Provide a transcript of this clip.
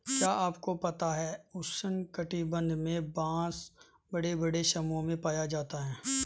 क्या आपको पता है उष्ण कटिबंध में बाँस बड़े बड़े समूहों में पाया जाता है?